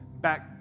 back